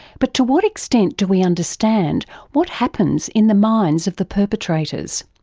but to what extent do we understand what happens in the minds of the perpetrators?